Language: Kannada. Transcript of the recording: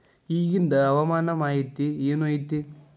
ಇಗಿಂದ್ ಹವಾಮಾನ ಮಾಹಿತಿ ಏನು ಐತಿ?